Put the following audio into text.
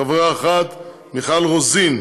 חברה אחת: מיכל רוזין.